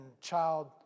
Child